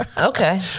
Okay